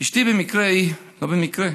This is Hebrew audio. אשתי במקרה, לא במקרה,